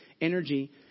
energy